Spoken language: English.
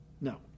No